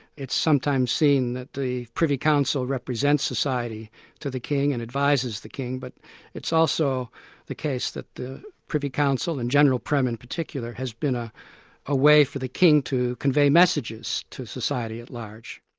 it's sometimes seen that the privy council represents society to the king, and advises the king, but it's also the case that the privy council and general prem in particular has been a ah way for the king to convey messages to society at large.